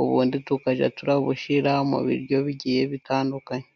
ubundi tukajya turabushyira mu biryo bigiye bitandukanye.